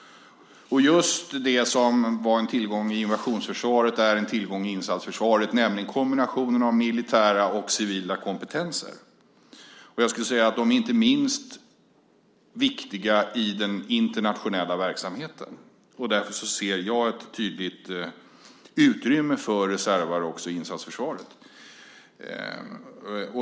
Just det som var en tillgång i invasionsförsvaret är en tillgång i insatsförsvaret, nämligen kombinationen av militära och civila kompetenser. De är inte minst viktiga i den internationella verksamheten. Därför ser jag ett tydligt utrymme för reservare också i insatsförsvaret.